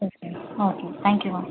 okay ma'am ah okay thank you ma'am